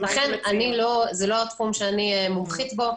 לכן זה לא התחום שאני מומחית בו,